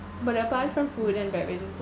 but apart from food and beverages